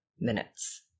minutes